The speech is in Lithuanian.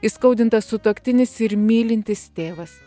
įskaudintas sutuoktinis ir mylintis tėvas